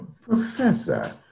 Professor